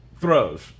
throws